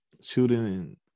shooting